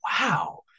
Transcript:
wow